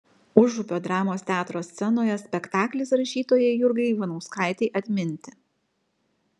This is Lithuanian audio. užupio dramos teatro scenoje spektaklis rašytojai jurgai ivanauskaitei atminti